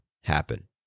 happen